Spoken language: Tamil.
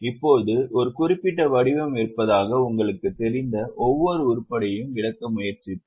இப்போது ஒரு குறிப்பிட்ட வடிவம் இருப்பதாக உங்களுக்குத் தெரிந்த ஒவ்வொரு உருப்படியையும் விளக்க முயற்சிப்பேன்